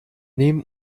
nehmen